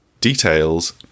details